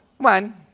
One